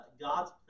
God's